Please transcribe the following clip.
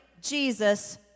Jesus